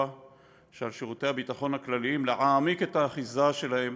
שעל אנשי שירות הביטחון הכללי להעמיק את האחיזה שלהם,